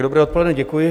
Dobré odpoledne, děkuji.